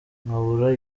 nkabura